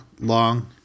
long